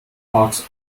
parks